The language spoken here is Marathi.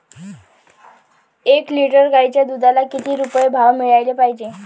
एक लिटर गाईच्या दुधाला किती रुपये भाव मिळायले पाहिजे?